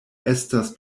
estas